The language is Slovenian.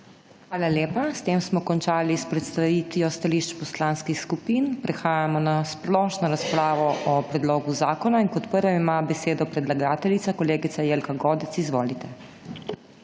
Hvala lepa. S tem smo končali s predstavitvijo stališč poslanskih skupin. Prehajamo na splošno razpravo o predlogu zakona in kot prva ima besedo predlagateljica, kolegica Jelka Godec. Izvolite.